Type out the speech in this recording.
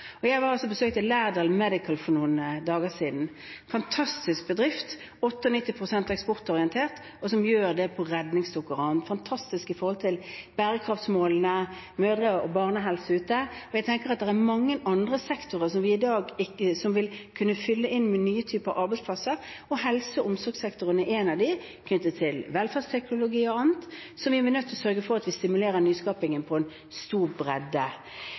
Jeg besøkte Laerdal Medical for noen dager siden – en fantastisk bedrift, 98 pst. eksportorientert, på redningsdukker og annet, fantastisk med hensyn til bærekraftmålene, mødre- og barnehelse ute. Jeg tenker at det er mange andre sektorer som vil kunne fylle inn med nye typer arbeidsplasser, og helse- og omsorgssektoren er en av dem, knyttet til velferdsteknologi og annet. Så vi blir nødt til å sørge for at vi stimulerer nyskapingen